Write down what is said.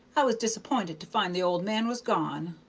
i was disapp'inted to find the old man was gone.